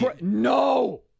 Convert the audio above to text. No